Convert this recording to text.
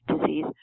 disease